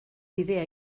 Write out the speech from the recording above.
bidea